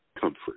comfort